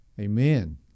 Amen